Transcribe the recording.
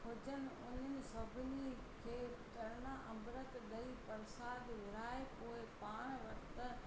हुजन उन्हनि सभिनी खे चर्णा अमृत ॾई प्रसाद विराए पोइ पाण विर्तु